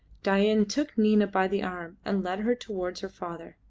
dain took nina by the arm and led her towards her father.